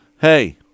Hey